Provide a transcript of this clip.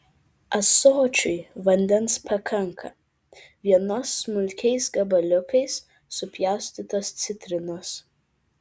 ąsočiui vandens pakanka vienos smulkiais gabaliukais supjaustytos citrinos